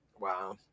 Wow